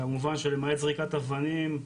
כמובן שלמעט זריקת אבנים,